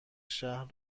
شهر